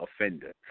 offender